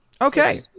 okay